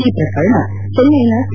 ಈ ಪ್ರಕರಣ ಚೆನ್ನೆನ ಸಿ